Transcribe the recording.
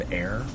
air